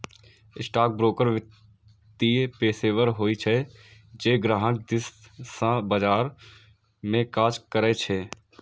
stockbroker वित्तीय पेशेवर होइ छै, जे ग्राहक दिस सं बाजार मे काज करै छै